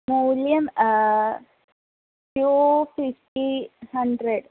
मूल्यं two fifty hundred